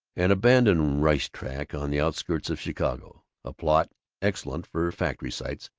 an abandoned race-track on the outskirts of chicago, a plot excellent for factory sites,